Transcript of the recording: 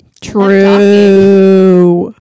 True